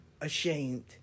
ashamed